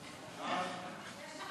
מיכל